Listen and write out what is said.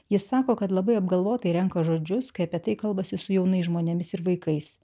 jis sako kad labai apgalvotai renka žodžius kai apie tai kalbasi su jaunais žmonėmis ir vaikais